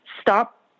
stop